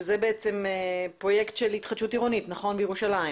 נכון שזה בעצם פרויקט של התחדשות עירונית בירושלים?